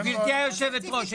גברתי יושבת הראש,